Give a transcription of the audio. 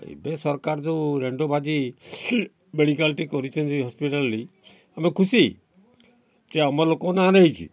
ଏବେ ସରକାର ଯେଉଁ ରେଣ୍ଡବାଜି ମେଡ଼ିକାଲ୍ଟି କରିଛନ୍ତି ହସ୍ପିଟାଲ୍ଟି ଆମେ ଖୁସି କି ଆମ ଲୋକ ନାଁରେ ହେଇଛି